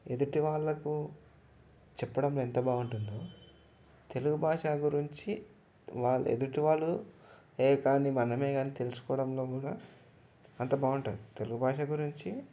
ఎదుటి వాళ్ళకు చెప్పడం ఎంత బాగుంటుందో తెలుగు భాష గురించి వాళ్ళు ఎదుటివాళ్ళు ఏ కానీ మనమే కానీ తెలుసుకోవడంలో కూడా అంత బాగుంటుంది తెలుగు భాష గురించి